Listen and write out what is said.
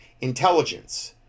intelligence